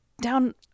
down